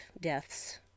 deaths